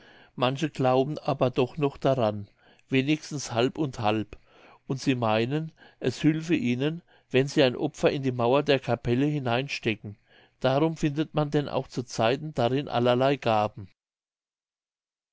manche glauben aber doch noch daran wenigstens halb und halb und sie meinen es hülfe ihnen wenn sie ein opfer in die mauern der capelle hinein stecken darum findet man denn auch zu zeiten darin allerlei gaben